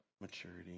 maturity